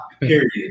period